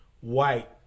white